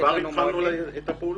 כבר התחלנו בפעולות.